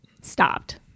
stopped